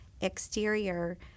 exterior